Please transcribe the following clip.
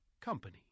company